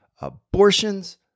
abortions